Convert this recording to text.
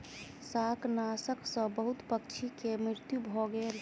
शाकनाशक सॅ बहुत पंछी के मृत्यु भ गेल